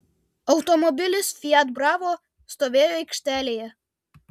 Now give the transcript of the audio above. automobilis fiat bravo stovėjo aikštelėje